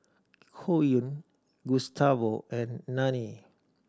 Koen Gustavo and Nanie